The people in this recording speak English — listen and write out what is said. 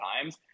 times